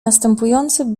następujący